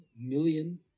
million